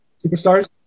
superstars